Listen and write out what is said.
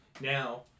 Now